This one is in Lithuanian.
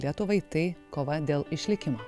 lietuvai tai kova dėl išlikimo